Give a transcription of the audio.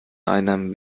einnahmen